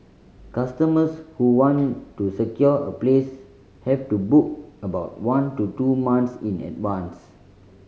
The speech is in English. customers who want to secure a place have to book about one to two months in advance